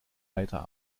weiter